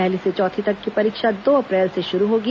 पहली से चौथी तक की परीक्षा दो अप्रैल से शुरू होगी